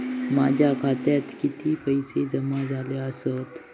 माझ्या खात्यात किती पैसे जमा झाले आसत?